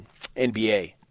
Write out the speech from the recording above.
NBA